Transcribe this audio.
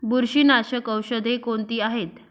बुरशीनाशक औषधे कोणती आहेत?